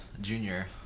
junior